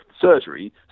surgery